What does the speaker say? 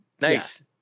nice